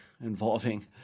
involving